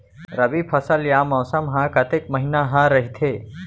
रबि फसल या मौसम हा कतेक महिना हा रहिथे?